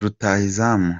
rutahizamu